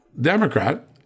Democrat